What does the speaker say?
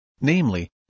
Namely